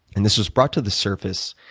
and this was brought to the surface